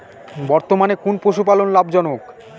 বর্তমানে কোন পশুপালন লাভজনক?